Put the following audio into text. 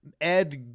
Ed